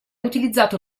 utilizzato